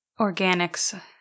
organics